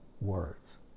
words